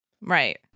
Right